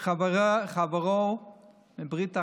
חברו מברית האחים.